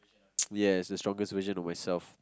yes the strongest version of myself